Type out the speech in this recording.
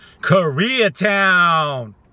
Koreatown